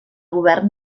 govern